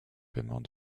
paiement